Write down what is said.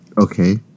Okay